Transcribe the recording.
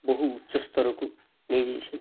ବହୁ ଉଚ୍ଚସ୍ଥରକୁ ନେଇଯାଇଛନ୍ତି